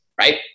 right